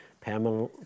Pamela